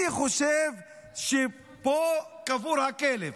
אני חושב שפה קבור הכלב.